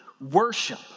worship